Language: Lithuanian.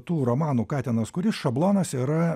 tų romanų katinas kuris šablonas yra